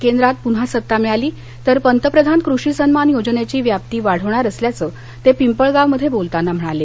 केंद्रात पुन्हा सत्ता मिळाली तर पंतप्रधान कृषी सन्मान योजनेची व्याप्ती वाढवणार असल्याचं ते पिंपळगावमध्ये बोलताना म्हणाले